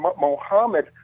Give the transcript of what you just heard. Mohammed